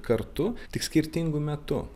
kartu tik skirtingu metu